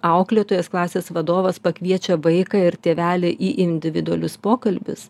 auklėtojas klasės vadovas pakviečia vaiką ir tėvelį į individualius pokalbius